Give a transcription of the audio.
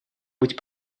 быть